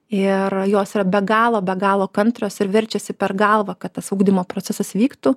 ir jos yra be galo be galo kantrios ir verčiasi per galvą kad tas ugdymo procesas vyktų